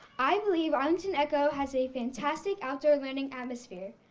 i believe arlington echo has a fantastic outdoor learning atmosphere.